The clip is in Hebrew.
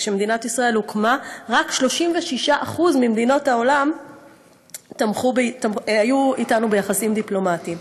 כשמדינת ישראל הוקמה רק 36% ממדינות העולם היו אתנו ביחסים דיפלומטיים.